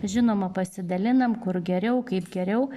žinoma pasidalinam kur geriau kaip geriau